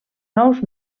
nous